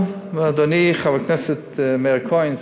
אדוני חבר הכנסת מאיר כהן,